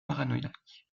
paranoïaque